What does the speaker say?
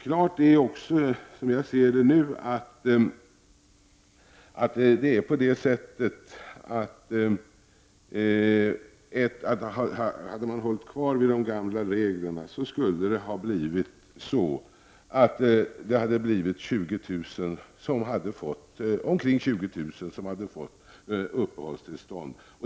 Klart är också, som jag ser det nu, att hade man hållit kvar vid de gamla reglerna, skulle omkring 20 000 ha fått uppehållstillstånd.